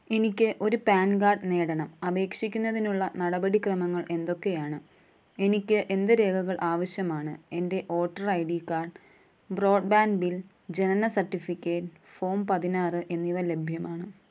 എനിക്ക് ഒരു PAN card നേടണം അപേക്ഷിക്കുന്നതിനുള്ള നടപടിക്രമങ്ങൾ എന്തൊക്കെയാണ് എനിക്ക് എന്ത് രേഖകൾ ആവശ്യമാണ് എൻ്റെ voter I D card broadband bill ജനന സർട്ടിഫിക്കറ്റ് ഫോം പതിനാറ് എന്നിവ ലഭ്യമാണ്